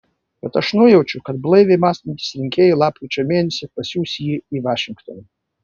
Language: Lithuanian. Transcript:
bet aš nujaučiu kad blaiviai mąstantys rinkėjai lapkričio mėnesį pasiųs jį į vašingtoną